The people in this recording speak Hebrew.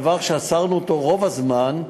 דבר שאסרנו רוב הזמן,